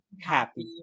happy